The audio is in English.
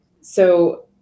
So-